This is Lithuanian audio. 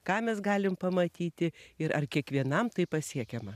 ką mes galim pamatyti ir ar kiekvienam tai pasiekiama